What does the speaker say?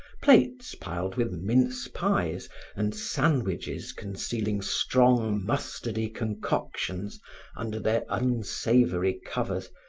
plates piled with mince pies and sandwiches concealing strong, mustardy concoctions under their unsavory covers,